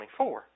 24